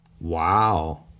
Wow